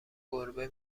گربه